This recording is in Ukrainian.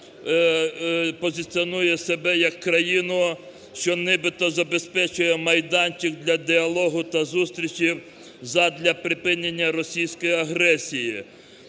позиціонує себе як країну, що нібито забезпечує майданчик для діалогу та зустрічі задля припинення російської агресії.